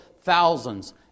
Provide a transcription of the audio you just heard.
thousands